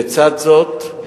לצד זאת,